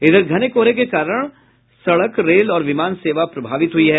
इधर घने कोहरे के कारण सड़क रेल और विमान सेवा प्रभावित हुई है